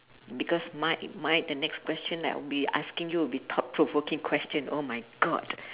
because mine mine the next question that I'll be asking you will be thought provoking question oh my god